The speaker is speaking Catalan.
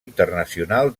internacional